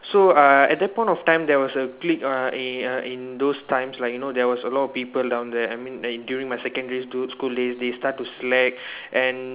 so uh at that point of time there was a clique uh in uh in those times like you know there was a lot of people down there I mean eh during my secondary school school days they start to slack and